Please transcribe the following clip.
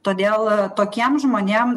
todėl tokiem žmonėm